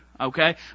okay